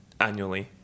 annually